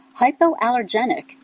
Hypoallergenic